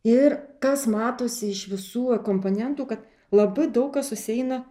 ir kas matosi iš visų komponentų kad labai daug kas susieina